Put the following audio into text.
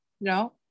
no